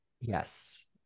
yes